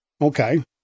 Okay